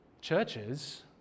Churches